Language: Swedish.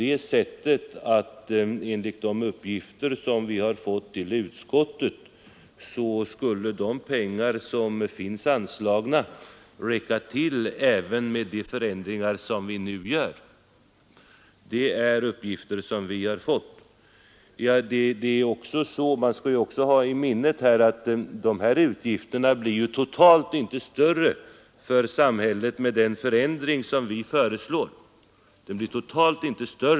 Enligt de uppgifter som vi fått i utskottet skulle de pengar som finns anslagna räcka till även med de förändringar som föreslås. Man skall också hålla i minnet att dessa utgifter totalt inte blir större för samhället med den föreslagna ändringen.